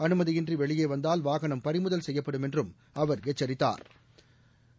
அனுமதியின்றி வெளியே வந்தால் வாகனம் பறிமுதல் செய்யப்படும் என்றும் அவா் எச்சித்தாா்